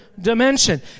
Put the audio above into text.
dimension